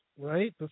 right